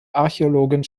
archäologin